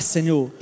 Senhor